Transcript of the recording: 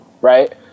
right